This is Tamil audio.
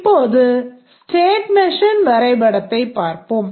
இப்போது ஸ்டேட் மெஷின் வரைபடத்தைப் பார்ப்போம்